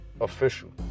official